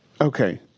Okay